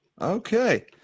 Okay